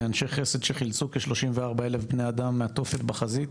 אנשי חסד שחילצו כ-34 אלף בני אדם מהתופת בחזית,